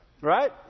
Right